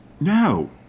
No